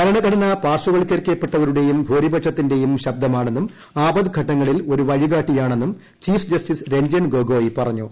ഭരണഘടന പാർശ്വവൽക്കരിക്കപ്പെട്ടവരുടേയും ഭൂരിപക്ഷത്തിന്റേയും ശബ്ദമാണെന്നും ആപത്ഘട്ടങ്ങളിൽ ഒരു വഴി കാട്ടിയാണെന്നും ചീഫ് ജസ്റ്റിസ് രഞ്ജൻ ഗഗോയ് പറഞ്ഞു